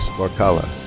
varkala.